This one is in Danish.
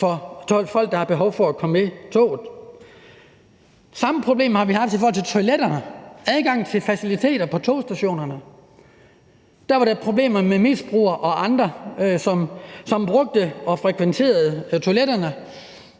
for folk, der har behov for at komme med toget. Samme problem har vi haft med toiletterne, adgangen til faciliteter på togstationerne. Der var der problemer med misbrugere og andre, som brugte og frekventerede toiletterne.